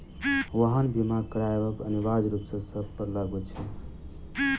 वाहन बीमा करायब अनिवार्य रूप सॅ सभ पर लागू अछि